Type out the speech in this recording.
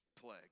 plague